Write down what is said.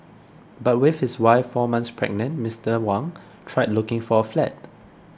but with his wife four months pregnant Mister Wang tried looking for a flat